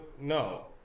no